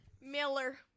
Miller